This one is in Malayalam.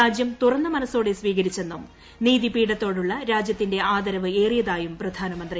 രാജ്യം തുറന്ന മനസ്സോടെ സ്പ്രീക്രിച്ചെന്നും നീതി പീഠത്തോടുള്ള രാജ്യത്തിന്റെ ആദരവ് ഏറിയതായും പ്രധാനമന്ത്രി